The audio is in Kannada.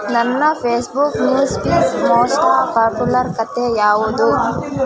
ನನ್ನ Facebook news feed most popular ಕಥೆ ಯಾವುದು